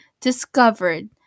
discovered